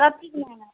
सब चीज़ महँगा है